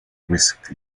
risk